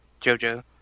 JoJo